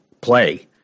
play